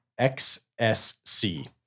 XSC